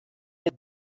jet